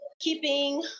keeping